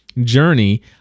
journey